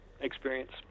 experience